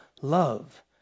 love